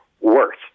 worse